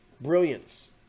brilliance